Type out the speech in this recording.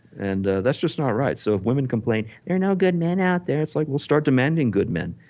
and ah that's just not right. so if women complain there're no good men out there, it's like well start demanding good men.